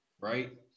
Right